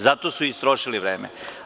Zato su istrošili vreme.